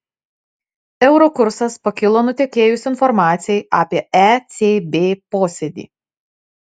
euro kursas pakilo nutekėjus informacijai apie ecb posėdį